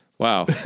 Wow